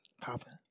popping